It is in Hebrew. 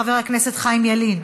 חבר הכנסת חיים ילין?